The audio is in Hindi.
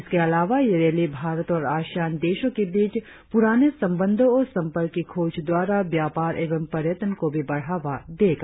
इसके अलावा ये रैली भारत और आसियान देशों के बीच पुराने संबंधों और संपर्क की खोज द्वारा व्यापार एवं पर्यटन को भी बढ़ावा देगा